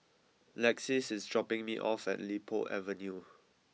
Lexis is dropping me off at Li Po Avenue